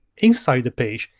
inside the page,